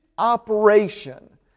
operation